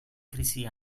krisi